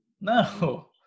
No